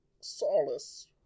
Solace